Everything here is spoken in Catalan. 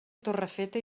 torrefeta